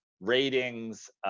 ratings